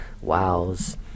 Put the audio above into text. wows